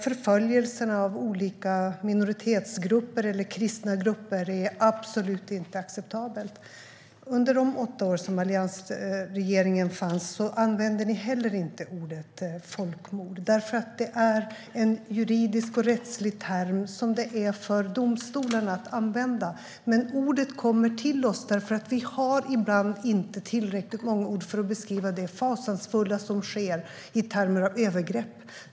Förföljelserna av olika minoritetsgrupper eller kristna grupper är absolut inte acceptabla. Under de åtta år som alliansregeringen fanns använde inte heller ni ordet folkmord eftersom det är en juridisk och rättslig term som det är för domstolarna att använda. Men ordet kommer till oss därför att vi ibland inte har tillräckligt många ord för att beskriva det fasansfulla som sker i termer av övergrepp.